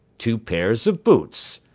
two pairs of boots,